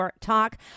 Talk